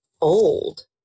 old